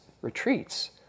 retreats